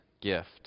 gift